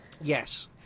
Yes